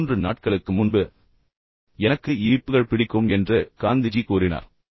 எனவே 3 நாட்களுக்கு முன்பு எனக்கு இனிப்புகள் பிடிக்கும் என்று காந்திஜி கூறினார்